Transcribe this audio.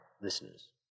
listeners